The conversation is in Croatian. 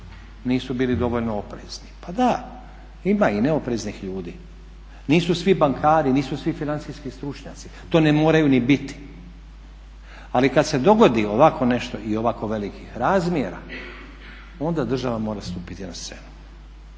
nisu bili dovoljno oprezni. Pa da, ima i neopreznih ljudi, nisu svi bankari, nisu svi financijski stručnjaci, to ne moraju ni biti. Ali kada se dogodi ovako nešto i ovako velikih razmjera onda država mora stupiti na scenu,